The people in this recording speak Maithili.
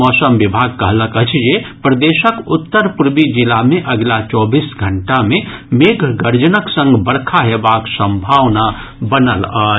मौसम विभाग कहलक अछि जे प्रदेशक उत्तर पूर्वी जिला मे अगिला चौबीस घंटा मे मेघगर्जनक संग बरखा हेबाक सम्भावना बनल अछि